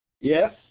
yes